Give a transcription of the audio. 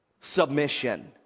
Submission